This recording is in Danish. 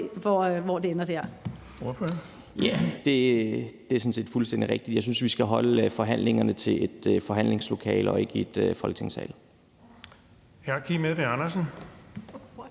Rona (M): Ja, det er sådan set fuldstændig rigtigt. Jeg synes, vi skal holde forhandlingerne i forhandlingslokalet og ikke i Folketingssalen. Kl. 13:25 Den